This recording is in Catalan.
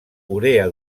urea